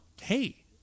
hey